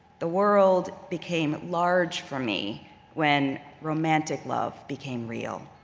the world became large for me when romantic love became real.